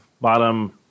bottom